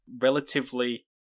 relatively